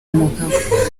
umugabo